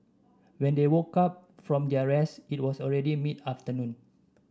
when they woke up from their rest it was already mid afternoon